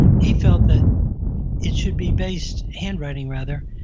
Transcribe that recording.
he felt that it should be based, handwriting rather,